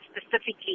specifically